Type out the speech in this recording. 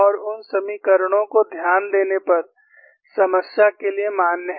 और उन समीकरणों को ध्यान देने पर समस्या के लिए मान्य हैं